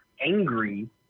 angry